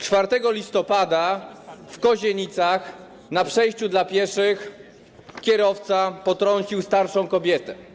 4 listopada w Kozienicach na przejściu dla pieszych kierowca potrącił starszą kobietę.